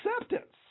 acceptance